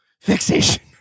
fixation